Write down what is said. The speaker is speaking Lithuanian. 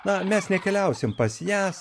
na mes nekeliausim pas jas